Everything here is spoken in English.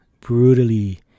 brutally